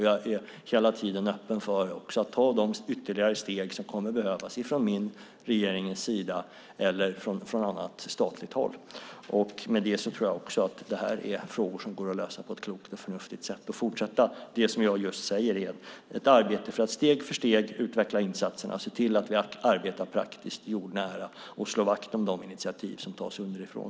Jag är hela tiden öppen för att ta de ytterligare steg som kommer att behövas från min och regeringens sida eller från något annat statligt håll. Det här är frågor som kan lösas på ett klokt och förnuftigt sätt. Vi ska fortsätta ett arbete för att steg för steg utveckla insatserna och se till att vi arbetar praktiskt och jordnära och slå vakt om de initiativ som tas underifrån.